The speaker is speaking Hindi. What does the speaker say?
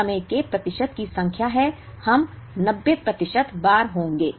यह समय के प्रतिशत की संख्या है हम 90 प्रतिशत बार होंगे